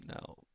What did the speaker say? No